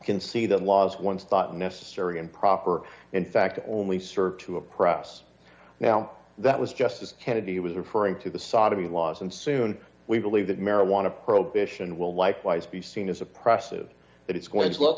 can see the laws once thought necessary and proper in fact the only serve to oppress now that was justice kennedy was referring to the sodomy laws and soon we believe that marijuana prohibition will likewise be seen as oppressive that it's going